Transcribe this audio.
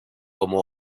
como